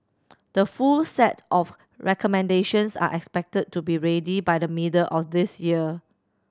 the full set of recommendations are expected to be ready by the middle of this year